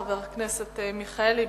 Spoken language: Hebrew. חבר הכנסת מיכאלי,